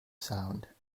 sound